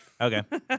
Okay